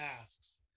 asks